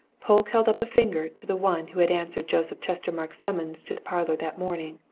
polke held up a finger to the one who had answered joseph chestermarke's summons to the parlour that morning.